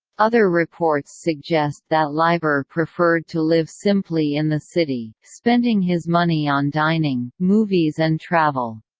other reports suggest that leiber preferred to live simply in the city, spending his money on dining, movies and travel.